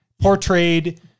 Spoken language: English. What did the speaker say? portrayed